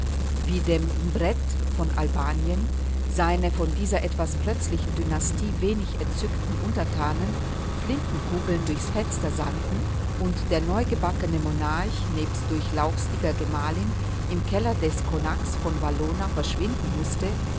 wie dem mbret von albanien seine von dieser etwas plötzlichen dynastie wenig entzückten untertanen flintenkugeln durchs fenster sandten und der neugebackene monarch nebst durchlauchtigster gemahlin im keller des konaks von valona verschwinden mußte